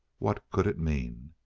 what could it mean?